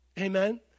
Amen